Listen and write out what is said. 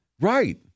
Right